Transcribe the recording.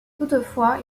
toutefois